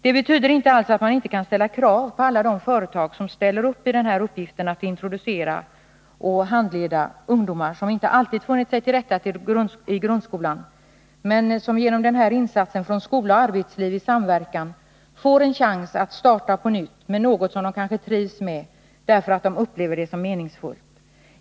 Det betyder inte alls att man inte kan ställa krav på alla de företag som ställer upp i den här uppgiften att introducera och handleda ungdomar, som inte alltid funnit sig till rätta i grundskolan, men som genom den här insatsen från skola och arbetsliv i samverkan får en chans att starta på nytt med något som de kanske trivs med, därför att de upplever det som meningsfullt.